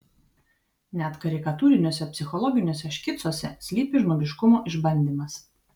net karikatūriniuose psichologiniuose škicuose slypi žmogiškumo išbandymas